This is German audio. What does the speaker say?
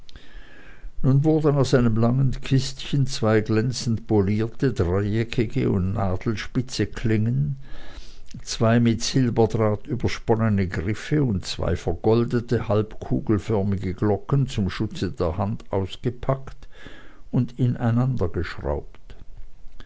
nun wurden aus einem langen kistchen zwei glänzend polierte dreieckige und nadelspitze klingen zwei mit silberdraht übersponnene griffe und zwei vergoldete halbkugelförmige glocken zum schutze der hand ausgepackt und